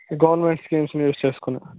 government స్కీమ్స్ని use చేసుకుని